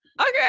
Okay